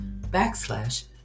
backslash